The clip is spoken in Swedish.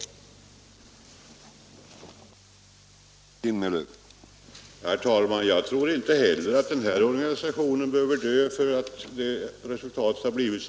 Onsdagen den